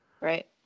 Right